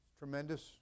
Tremendous